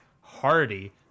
Hardy